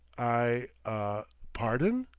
i ah pardon?